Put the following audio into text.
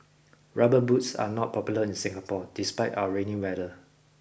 rubber boots are not popular in Singapore despite our rainy weather